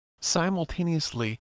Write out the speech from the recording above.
Simultaneously